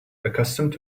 accustomed